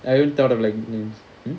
I haven't thought of lighting